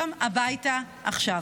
תחזירו אותם הביתה עכשיו.